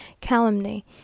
calumny